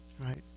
Right